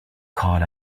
call